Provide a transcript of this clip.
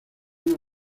una